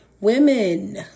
Women